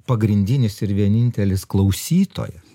pagrindinis ir vienintelis klausytojas